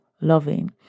loving